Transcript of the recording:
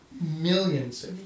Millions